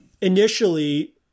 initially